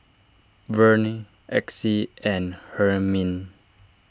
Verne Exie and Hermine